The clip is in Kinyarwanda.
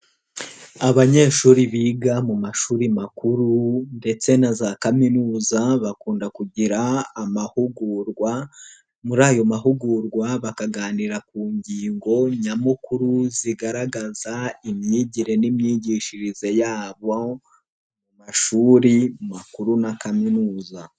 Abanyeshuri biga mu mashuri makuru ndetse na za kaminuza bakunda kugira amahugurwa, muri ayo mahugurwa bakaganira ku ngingo nyamukuru zigaragaza imyigire n'imyigishirize yabo mu mashuri makuru na kaminuza.